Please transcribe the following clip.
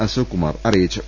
അശോക് കുമാർ അറിയിച്ചു